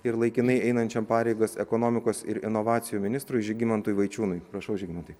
ir laikinai einančiam pareigas ekonomikos ir inovacijų ministrui žygimantui vaičiūnui prašau žygimantai